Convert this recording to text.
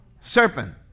Serpent